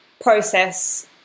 process